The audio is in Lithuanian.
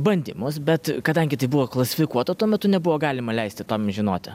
bandymus bet kadangi tai buvo klasifikuota tuo metu nebuvo galima leisti tam žinoti